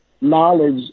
knowledge